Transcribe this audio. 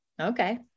Okay